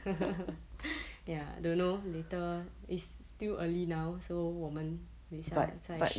ya don't know later it's still early now so 我们等一下在